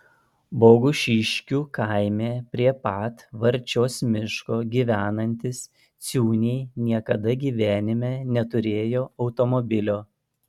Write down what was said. bogušiškių kaime prie pat varčios miško gyvenantys ciūniai niekada gyvenime neturėjo automobilio